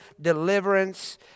deliverance